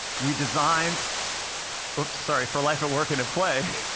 we designed oops, sorry, for life at work and at play,